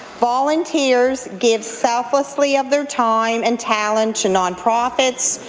volunteers give selflessly of their time and talent to nonprofits,